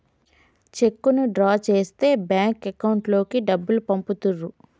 చెక్కును డ్రా చేస్తే bank account లోకి డబ్బులు పంపుతుర్రు